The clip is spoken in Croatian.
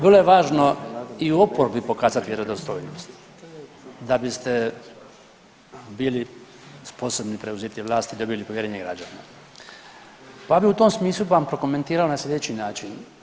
Vrlo je važno i u oporbi pokazati vjerodostojnost da biste bili sposobni preuzeti vlast i dobili povjerenje građana, pa bi u tom smislu bi vam prokomentirao na sljedeći način.